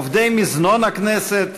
לעובדי מזנון הכנסת,